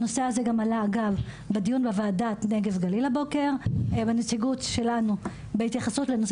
הנושא הזה גם עלה בדיון בוועדה על הנגב והגליל הבוקר בהתייחסות לנושא